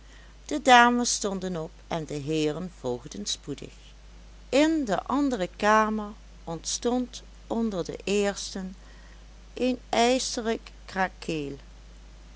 de dames stonden op en de heeren volgden spoedig in de andere kamer ontstond onder de eersten een ijselijk krakeel